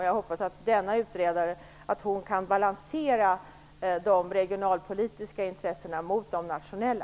Jag hoppas att denna utredare kan balansera de regionalpolitiska intressena mot de nationella.